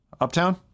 Uptown